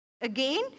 Again